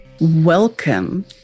Welcome